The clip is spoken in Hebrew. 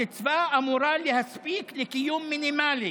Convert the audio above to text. הקצבה אמורה להספיק לקיום מינימלי,